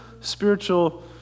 spiritual